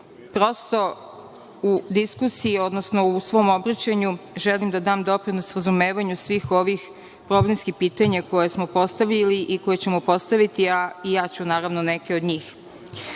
i u diskusiji, odnosno u svom obraćanju želim da dam doprinos razumevanju svih ovih programskih pitanja koje smo postavili i koja ćemo postaviti, a i ja ću neke od njih. Ono